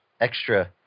extra